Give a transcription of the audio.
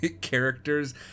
Characters